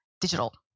digital